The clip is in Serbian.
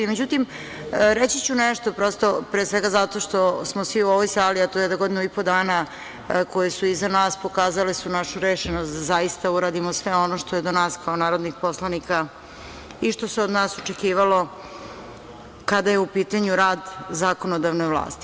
Međutim, reći ću nešto, prosto, pre svega zato što smo svi u ovoj sali, a to je da godinu i po dana koje su iza nas pokazale su našu rešenost da zaista uradimo sve ono što je do nas kao narodnih poslanika i što se od nas očekivalo kada je rad zakonodavne vlasti.